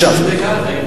זה ככה,